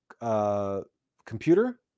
computer